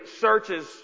searches